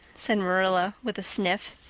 said marilla with a sniff.